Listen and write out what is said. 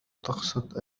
تقصد